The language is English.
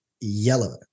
yellow